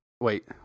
Wait